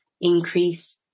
increase